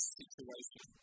situation